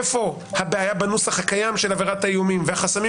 איפה הבעיה בנוסח הקיים של עבירת האיומים והחסמים